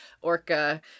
orca